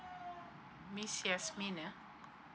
miss yasmine ah